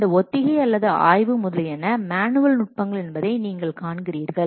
இந்த ஒத்திகை அல்லது ஆய்வு முதலியன மேனுவல் நுட்பங்கள் என்பதை நீங்கள் காண்கிறீர்கள்